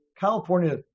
California